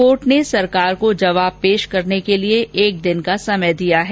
court ने सरकार को जवाब पेश करने के लिए एक दिन का समय दिया है